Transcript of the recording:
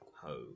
home